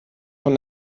von